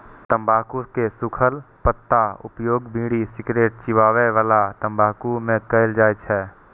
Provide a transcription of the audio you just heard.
तंबाकू के सूखल पत्ताक उपयोग बीड़ी, सिगरेट, चिबाबै बला तंबाकू मे कैल जाइ छै